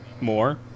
more